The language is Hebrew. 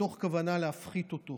מתוך כוונה להפחית אותו.